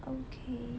okay